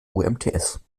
umts